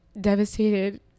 devastated